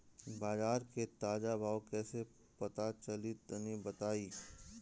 बाजार के ताजा भाव कैसे पता चली तनी बताई?